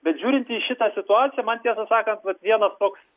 bet žiūrint į šitą situaciją man tiesą sakant vat vienas toks